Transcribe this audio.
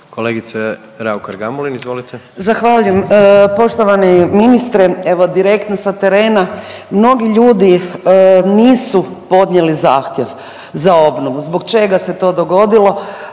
izvolite. **Raukar-Gamulin, Urša (Možemo!)** Zahvaljujem. Poštovani ministre, evo direktno sa terena, mnogi ljudi nisu podnijeli zahtjev za obnovu. Zbog čega se to dogodilo?